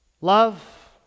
love